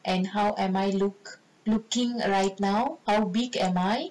and how am I look looking right now how big am I